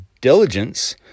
diligence